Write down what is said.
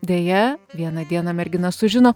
deja vieną dieną mergina sužino